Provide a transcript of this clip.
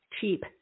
cheap